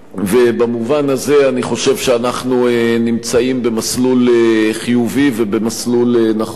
ובמובן הזה אנחנו נמצאים במסלול חיובי ובמסלול נכון.